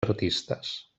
artistes